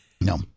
No